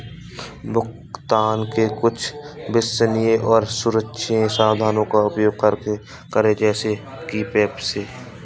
भुगतान के कुछ विश्वसनीय और सुरक्षित साधनों का उपयोग करें जैसे कि पेपैल